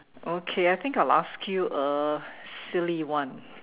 okay I think I'll ask you a silly one